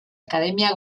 academia